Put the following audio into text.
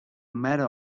matter